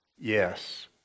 Yes